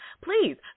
Please